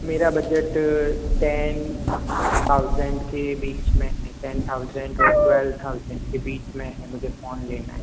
मेरा budget ten thousand के बीच में है टेन थाउजेंड और ट्वेल्व थाउजेंड के बीच में है मुझे फोन लेना है